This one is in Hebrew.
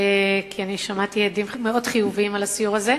כי שמעתי הדים מאוד חיוביים על הסיור הזה,